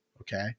Okay